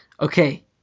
okay